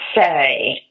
say